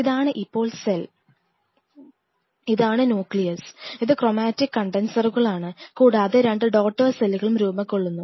ഇതാണ് ഇപ്പോൾ സെൽ ഇതാണ് ന്യൂക്ലിയസ് ഇത് ക്രോമാറ്റിക് കണ്ടൻസറുകളാണ് കൂടാതെ 2 ഡോട്ടർ സെല്ലുകളും രൂപം കൊള്ളുന്നു